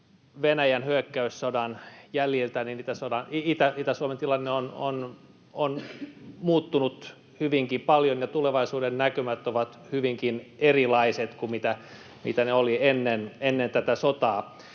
Venäjän hyökkäyssodan jäljiltä Itä-Suomen tilanne on muuttunut hyvinkin paljon ja tulevaisuudennäkymät ovat hyvinkin erilaiset kuin mitä ne olivat ennen tätä sotaa.